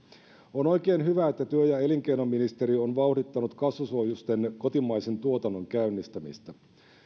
on oikein hyvä että työ ja elinkeinoministeriö on vauhdittanut kasvosuojusten kotimaisen tuotannon käynnistämistä